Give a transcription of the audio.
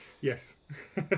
yes